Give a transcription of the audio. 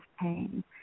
pain